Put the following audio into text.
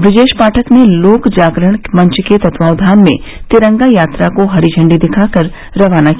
ब्रजेश पाठक ने लोकजागरण मंच के तत्वावधान में तिरंगा यात्रा को हरी झंडी दिखाकर रवाना किया